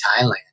thailand